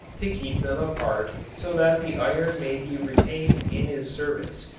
to keep them apart so that the iron may be retained in his service.